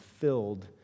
filled